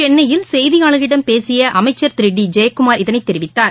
சென்னையில் செய்தியாளர்களிடம் பேசியஅமைச்சர் திரு டி ஜெயக்குமார் இதனைதெரிவித்தார்